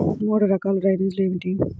మూడు రకాల డ్రైనేజీలు ఏమిటి?